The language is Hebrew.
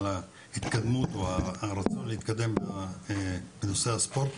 ההתקדמות או הרצון להתקדם בנושא הספורט.